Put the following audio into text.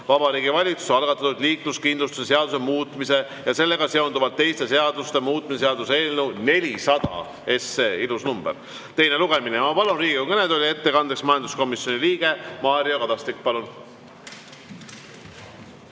Vabariigi Valitsuse algatatud liikluskindlustuse seaduse muutmise ja sellega seonduvalt teiste seaduste muutmise seaduse eelnõu 400 – ilus number! – teine lugemine. Ma palun Riigikogu kõnetooli ettekandeks majanduskomisjoni liikme Mario Kadastiku. Palun!